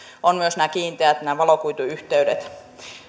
myös nämä kiinteät valokuituyhteydet ovat tärkeät